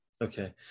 Okay